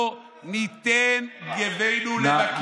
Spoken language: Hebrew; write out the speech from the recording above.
לא ניתן גווינו למכים.